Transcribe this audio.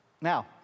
Now